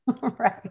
Right